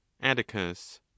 atticus